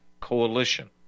Coalition